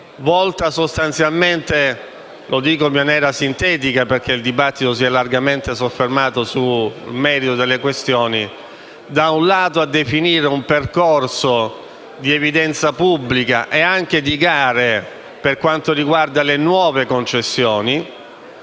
volta anzitutto - lo dico in maniera sintetica perché il dibattito si è ampiamente soffermato sul merito delle questioni - a definire un percorso di evidenza pubblica e anche di gare per quanto riguarda le nuove concessioni,